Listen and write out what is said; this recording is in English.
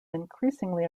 increasingly